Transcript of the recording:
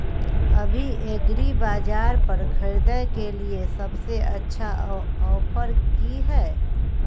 अभी एग्रीबाजार पर खरीदय के लिये सबसे अच्छा ऑफर की हय?